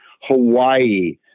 Hawaii